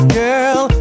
girl